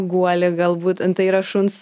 guolį galbūt tai yra šuns